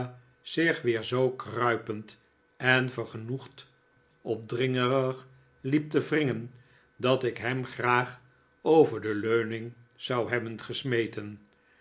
zich weer zoo kruipend en vergenoegd opdringerig liep te wringen dat ik hem graag over de leuning zou hebben gesmeten